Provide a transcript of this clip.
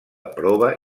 prova